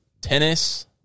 tennis